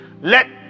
let